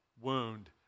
wound